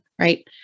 right